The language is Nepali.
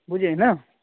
बुझ्यौ होइन